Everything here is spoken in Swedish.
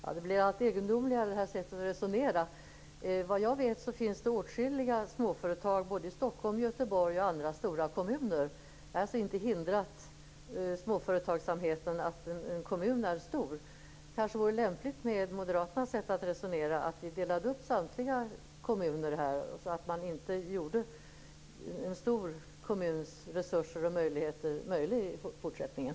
Herr talman! Det här sättet att resonera blir allt egendomligare. Vad jag vet finns det åtskilliga småföretag i Stockholm, Göteborg och andra stora kommuner. Det har alltså inte hindrat småföretagsamheten att en kommun är stor. Med Moderaternas sätt att resonera vore det kanske lämpligt att vi delade upp samtliga kommuner så att en stor kommuns resurser och möjligheter inte finns i fortsättningen.